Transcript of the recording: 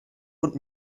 und